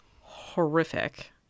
horrific